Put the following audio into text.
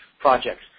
projects